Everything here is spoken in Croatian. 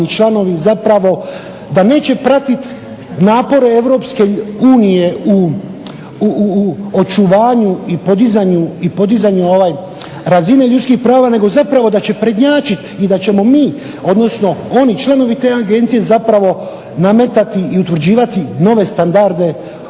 članovi zapravo da neće pratiti napore EU u očuvanju i podizanju razine ljudskih prava nego zapravo da će prednjačiti i da ćemo mi, odnosno oni članovi te Agencije zapravo nametati i utvrđivati nove standarde